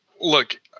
look